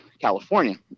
California